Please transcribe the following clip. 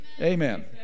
amen